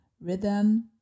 rhythm